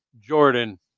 Jordan